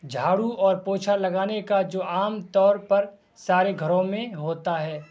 جھاڑو اور پوچھا لگانے کا جو عام طور پر سارے گھروں میں ہوتا ہے